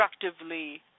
constructively